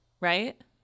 right